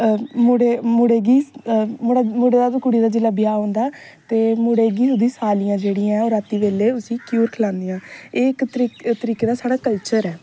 मुडे़ गी मुडे़ दा ते कुड़ी दा जिसलै ब्याह होंदा ऐ ते मुडे़ गी ओहदियां सालियां जेहड़ियां ऐ ओह् राती बेल्लै उसी घ्यूर खलांदियां एह् इक तरीके दा साढ़ा कल्चर ऐ